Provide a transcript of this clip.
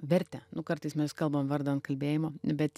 vertę nu kartais mes kalbam vardan kalbėjimo bet